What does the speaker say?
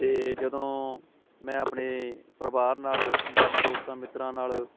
ਅਤੇ ਜਦੋਂ ਮੈਂ ਆਪਣੇ ਪਰਿਵਾਰ ਨਾਲ ਜਾਂ ਆਪਣੇ ਦੋਸਤਾਂ ਮਿੱਤਰਾਂ ਨਾਲ